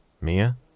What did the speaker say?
Mia